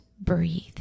breathe